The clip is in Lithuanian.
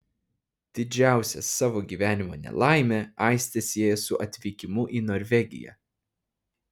didžiausią savo gyvenimo nelaimę aistė sieja su atvykimu į norvegiją